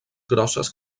grosses